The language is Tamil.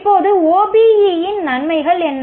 இப்போது OBE இன் நன்மைகள் என்ன